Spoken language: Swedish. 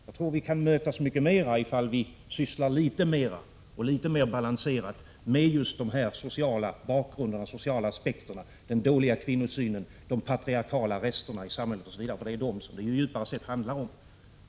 Jag tror att vi kan mötas i mycket större utsträckning om vi sysslar litet mer — och litet mer balanserat — med just dessa sociala aspekter, den dåliga kvinnosynen, de patriarkaliska resterna i samhället osv., för det är dessa förhållanden som det djupare sett handlar om.